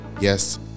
Yes